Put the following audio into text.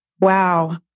Wow